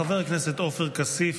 חבר הכנסת עופר כסיף,